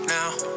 Now